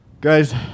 Guys